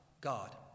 God